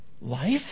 life